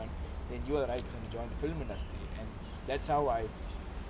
then you're right to join the film industry and that's how I